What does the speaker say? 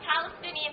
Palestinian